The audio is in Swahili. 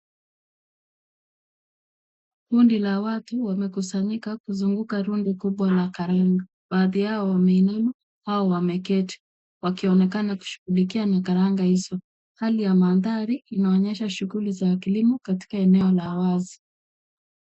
Kundi la watu wamekusanyika kuzunguka rundo kubwa la karinda . Baadhi yao wameinama au wameketi, wakionekana kushughulikia mikaranda hizo. Hali ya mandhari inaonyesha shughuli za kilimo katika eneo la wazi.